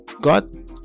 God